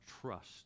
trust